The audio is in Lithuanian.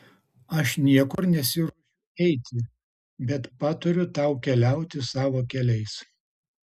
aš niekur nesiruošiu eiti bet patariu tau keliauti savo keliais